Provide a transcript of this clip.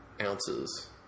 ounces